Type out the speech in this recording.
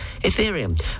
Ethereum